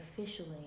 officially